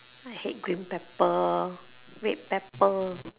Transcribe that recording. I hate green pepper red pepper